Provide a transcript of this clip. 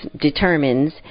determines